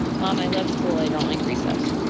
mom, i love school. i don't like recess.